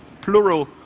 plural